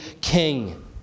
king